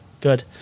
Good